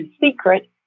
secret